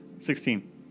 Sixteen